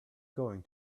going